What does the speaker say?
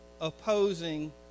opposing